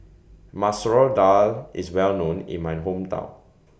Masoor Dal IS Well known in My Hometown